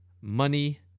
money